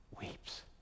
weeps